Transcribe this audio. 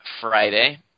Friday